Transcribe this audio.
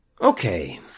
okay